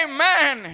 Amen